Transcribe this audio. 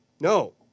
No